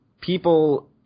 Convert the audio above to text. people